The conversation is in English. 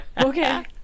okay